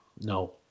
No